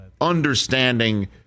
understanding